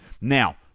Now